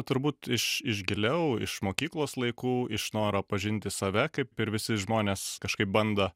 turbūt iš iš giliau iš mokyklos laikų iš noro pažinti save kaip ir visi žmonės kažkaip bando